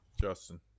Justin